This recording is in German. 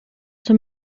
zum